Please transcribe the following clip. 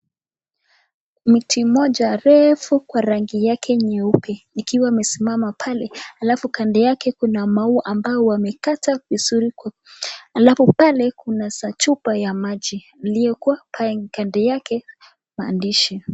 Mti mmoja refu ikiwa kwa rangi yake nyeupe ikiwa imesimama pale alafu kando yake kuna maua ambao wamekatwa vizuri alafu pale kuna za chupa ya maji iliyokuwa pale kando yake maandishi.